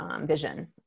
vision